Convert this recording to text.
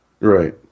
Right